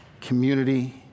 community